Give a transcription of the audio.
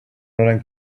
running